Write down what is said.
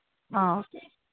okay